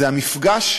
זה המפגש,